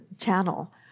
channel